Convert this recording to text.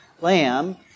lamb